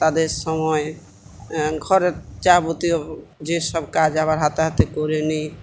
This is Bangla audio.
তাদের সময় ঘরের যাবতীয় যে সব কাজ আবার হাতে হাতে করে নিই